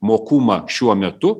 mokumą šiuo metu